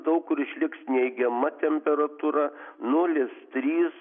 daug kur išliks neigiama temperatūra nulis trys